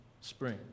spring